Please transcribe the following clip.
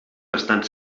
bastant